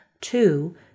Two